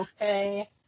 okay